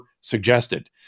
suggested